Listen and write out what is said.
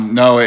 no